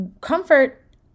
Comfort